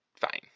fine